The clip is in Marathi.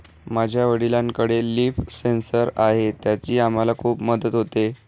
माझ्या वडिलांकडे लिफ सेन्सर आहे त्याची आम्हाला खूप मदत होते